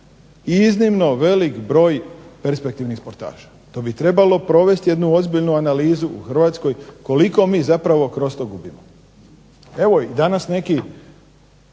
iznimno velik broj perspektivnih sportaša, to bi trebalo provesti jednu ozbiljnu analizu u Hrvatskoj koliko mi zapravo kroz to gubimo. Evo i danas neki